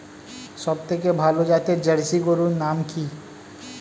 সবথেকে ভালো জাতের জার্সি গরুর নাম কি?